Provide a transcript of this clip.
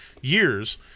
years